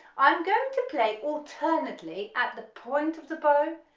i'm going to play alternately, at the point of the bow,